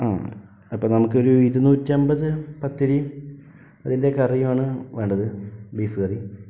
ആ അപ്പോൾ നമുക്കൊരു ഇരുന്നൂറ്റമ്പത് പത്തിരിയും അതിൻ്റെ കറിയുമാണ് വേണ്ടത് ബീഫ് കറി